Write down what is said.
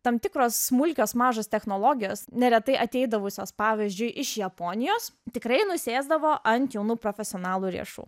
tam tikros smulkios mažos technologijos neretai ateidavusios pavyzdžiui iš japonijos tikrai nusėsdavo ant jaunų profesionalų riešų